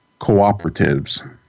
cooperatives